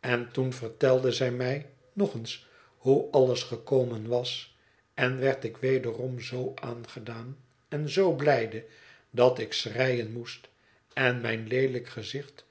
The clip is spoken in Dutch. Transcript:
en toen vertelden zij mij nog eens hoe alles gekomen was en werd ik wederom zoo aangedaan en zoo blijde dat ik schreien moest en mijn leelijk gezicht